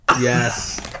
Yes